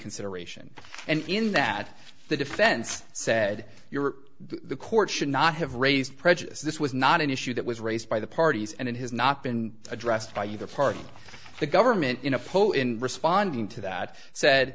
reconsideration and in that the defense said you were the court should not have raised prejudice this was not an issue that was raised by the parties and it has not been addressed by either party the government in a poll in responding to that said